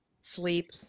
sleep